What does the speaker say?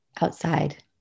Outside